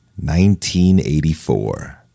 1984